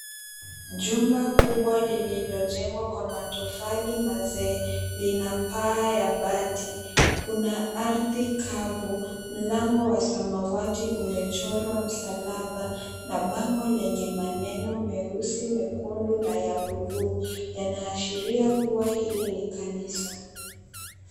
Jumba kubwa lililojengwa kwa matofali mazee, ina paa ya bati. Kuna ardhi kavu, mlango wa samawati umechorwa msalaba na bango lenye maneno meusi mekundu na ya buluu yana ashiria kuwa hili ni kanisa.